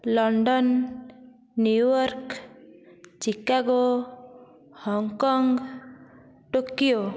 London New York Chicago Hong Kong Tokyo